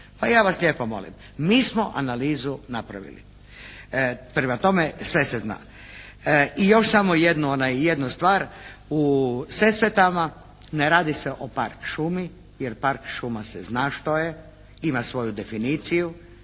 Pa ja vas lijepo molim, mi smo analizu napravili. Prema tome, sve se zna. I još samo jednu stvar. U Sesvetama ne radi se o park šumi jer park šuma se zna što je, ima svoju definiciju,